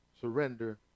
surrender